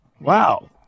Wow